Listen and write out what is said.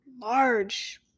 large